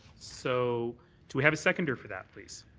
so do we have a seconder for that, please?